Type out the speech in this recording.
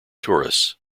tourists